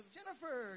Jennifer